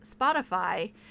Spotify